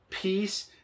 peace